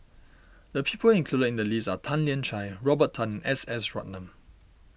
the people included in the list are Tan Lian Chye Robert Tan S S Ratnam